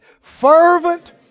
Fervent